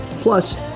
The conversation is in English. Plus